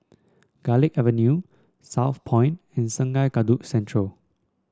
Garlick Avenue Southpoint and Sungei Kadut Central